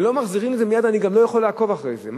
אם לא מחזירים את זה מייד אני גם לא יכול לעקוב אחרי זה.